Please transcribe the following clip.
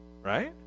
Right